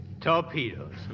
Torpedoes